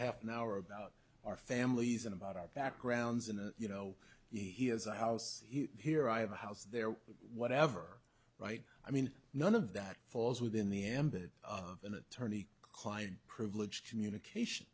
half an hour about our families and about our backgrounds and you know he has a house here i have a house there whatever right i mean none of that falls within the ambit of an attorney client proof communication